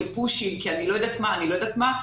אני לא יודעת מה,